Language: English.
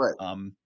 Right